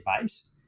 base